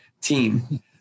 team